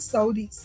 Saudi